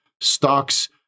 stocks